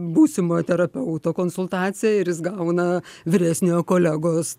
būsimojo terapeuto konsultaciją ir jis gauna vyresniojo kolegos